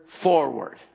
forward